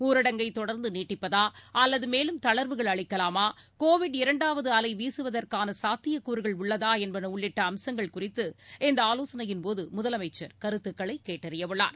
ஊரடங்கை தொடர்ந்து நீட்டிப்பதா அல்லது மேலும் தளர்வுகள் அளிக்கலாமா கோவிட் இரண்டாவது அலை வீசுவதற்கான சாத்தியக்கூறுகள் உள்ளதா என்பது உள்ளிட்ட அம்சங்கள் குறித்து இந்த ஆலோசனையின்போது முதலமைச்சர் கருத்துக்களை கேட்டறியவுள்ளார்